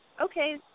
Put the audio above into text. okay